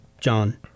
John